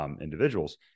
Individuals